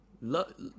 Love